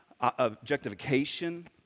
objectification